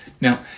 Now